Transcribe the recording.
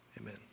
Amen